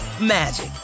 magic